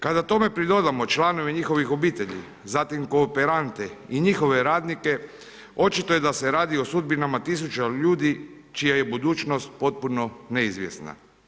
Kada tome pridodamo članove njihovih obitelji, zatim kooperante i njihove radnike, očito je da se radi o sudbinama 1000 ljudi čija je budućnost potpuno neizvjesna.